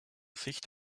sicht